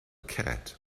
cat